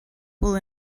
will